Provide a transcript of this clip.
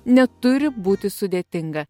neturi būti sudėtinga